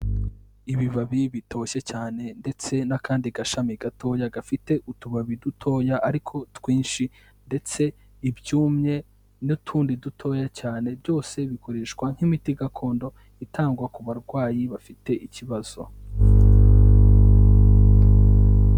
Ibibabi bitoshye cyane ndetse n'akandi gashami gatoya gafite utubabi dutoya ariko twinshi, ndetse ibyumye n'utundi dutoya cyane. Byose bikoreshwa nk'imiti gakondo itangwa ku barwayi bafite ikibazo.